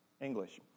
English